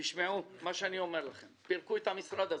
פירקו את המשרד הזה.